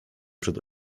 przed